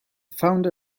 found